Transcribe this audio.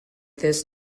this